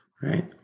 Right